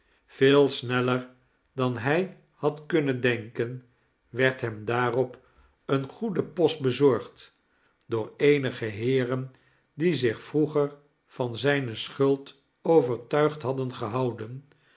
veel sneller dan hij had kunnen denken werd hem daarop een goede post bezorgd door eenige heeren die zich vroeger van zijne schuld overtuigd hadden gehouden